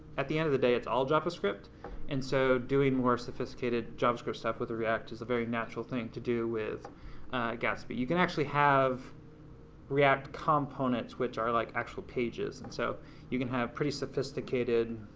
at the end of the day it's all javascript and so doing more sophisticated javascript stuff with react is a very natural thing to do with gatsby. you can actually have react components which are like actual pages and so you can have pretty sophisticated,